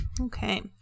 Okay